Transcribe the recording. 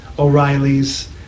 O'Reilly's